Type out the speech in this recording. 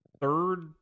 third